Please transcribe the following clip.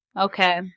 Okay